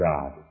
God